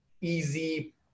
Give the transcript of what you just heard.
easy